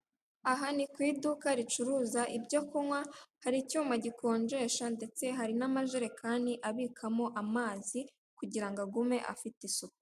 Aha ni ku iduka ricuruza ibyo kunywa hari icyuma gikonjesha amazi ndetse hari n'amajerekani abikwamo amazi kugira ngo agume afite isuku.